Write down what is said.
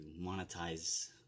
monetize